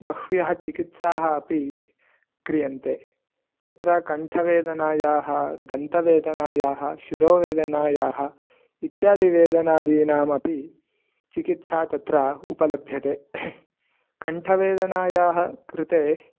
बह्व्यः चिकित्साः अपि क्रियन्ते तत्र कण्ठवेदनायाः दन्तवेदनायाः शिरोवेदनायाः इत्यादिवेदनादीनामपि चिकित्सा तत्र उपलभ्यते कण्ठवेदनायाः कृते